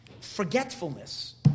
forgetfulness